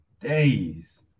days